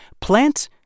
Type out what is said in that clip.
plant